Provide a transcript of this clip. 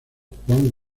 juan